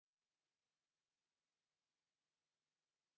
kiitos.